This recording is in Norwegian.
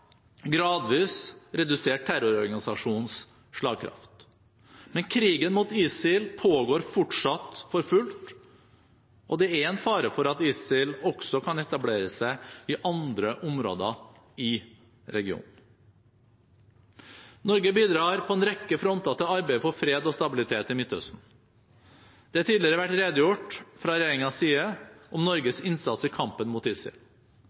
gradvis redusert terrororganisasjonens slagkraft, men krigen mot ISIL pågår fortsatt for fullt, og det er en fare for at ISIL også kan etablere seg i andre områder i regionen. Norge bidrar på en rekke fronter til arbeidet for fred og stabilitet i Midtøsten. Det er tidligere vært redegjort fra regjeringens side om Norges innsats i kampen mot ISIL.